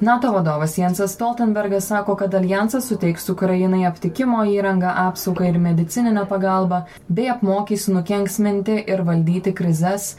nato vadovas jensas stoltenbergas sako kad aljansas suteiks ukrainai aptikimo įrangą apsaugą ir medicininę pagalbą bei apmokys nukenksminti ir valdyti krizes